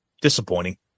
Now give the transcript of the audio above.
Disappointing